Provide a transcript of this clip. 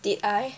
did I